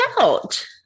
out